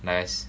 nice